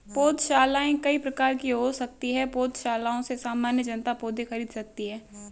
पौधशालाएँ कई प्रकार की हो सकती हैं पौधशालाओं से सामान्य जनता पौधे खरीद सकती है